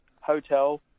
hotel